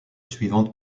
suivante